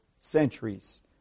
centuries